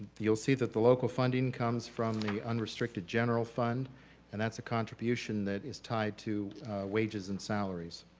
you'll see that the local funding comes from the unrestricted general fund and that's a contribution that is tied to wages and salaries.